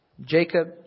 Jacob